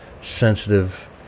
sensitive